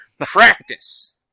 practice